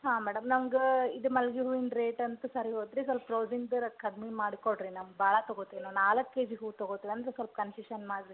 ಹಾಂ ಮೇಡಮ್ ನಂಗೆ ಇದು ಮಲ್ಲಿಗೆ ಹೂವಿನ ರೇಟ್ ಅಂತ ಸರಿ ಹೋತು ರಿ ಸ್ವಲ್ಪ ರೋಜಿನದರ ಕಡ್ಮೆ ಮಾಡಿ ಕೊಡಿರಿ ನಮ್ಮ ಭಾಳ ತೊಗೋತೀವಿ ನಾವು ನಾಲ್ಕು ಕೆ ಜಿ ಹೂ ತೊಗೋತೀವಿ ಅಂದ್ರೆ ಸ್ವಲ್ಪ ಕಂಸೆಶನ್ ಮಾಡಿ ರಿ